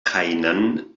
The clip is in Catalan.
hainan